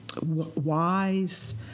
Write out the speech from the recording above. wise